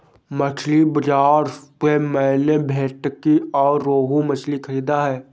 मछली बाजार से मैंने भेंटकी और रोहू मछली खरीदा है